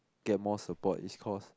get more support is cause